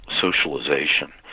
socialization